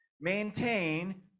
Maintain